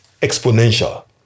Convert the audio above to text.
exponential